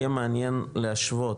יהיה מעניין להשוות,